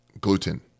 gluten